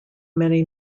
many